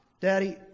Daddy